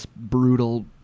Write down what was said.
brutal